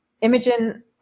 Imogen